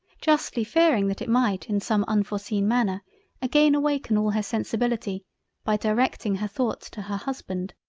justly fearing that it might in some unforseen manner again awaken all her sensibility by directing her thoughts to her husband.